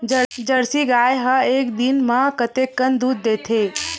Jersey गाय ह एक दिन म कतेकन दूध देथे?